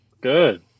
Good